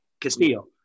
Castillo